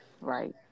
Right